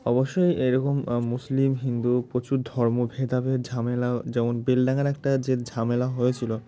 অবশ্যই এরকম মুসলিম হিন্দু প্রচুর ধর্মভেদাভেদ ঝামেলা যেমন বেলডাঙার একটা যে ঝামেলা হয়েছিলো